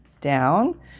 down